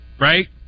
right